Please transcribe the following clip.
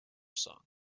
song